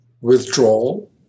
withdrawal